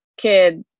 kid